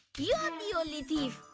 the um the only thief.